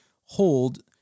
hold